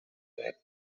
united